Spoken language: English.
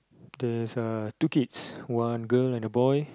there's uh two kids one girl and a boy